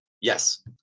yes